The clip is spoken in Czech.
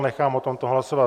Nechám o tomto hlasovat.